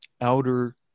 outer